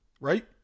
right